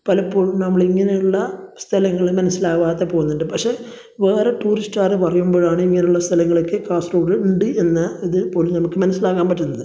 പലപ്പോഴും നമ്മൾ ഇങ്ങനെ ഉള്ള സ്ഥലങ്ങൾ മനസ്സിലാവാതെ പോവുന്നുണ്ട് പക്ഷെ വേറെ ടൂറിസ്റ്റുകാർ പറയുമ്പോഴാണ് ഇങ്ങനെയുള്ള സ്ഥലങ്ങളൊക്കെ കാസർകോഡ് ഉണ്ട് എന്ന ഇത് പോലും നമുക്ക് മനസ്സിലാക്കാൻ പറ്റുന്നത്